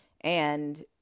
and-